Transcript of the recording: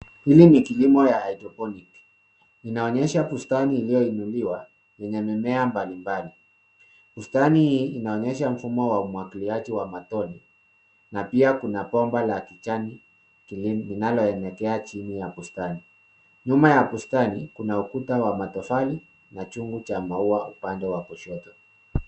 Hili ni kilimo ya hydroponic .Inaonyesha bustani iliyoinuliwa yenye mimea mbalimbali. Bustani hii inaonyesha mfumo wa umwagiliaji wa matone na pia kuna bomba la kijani linaloelekea chini ya bustani. Nyuma ya bustani, kuna ukuta wa matofali na chungu cha maua upande wa kushoto.